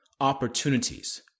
opportunities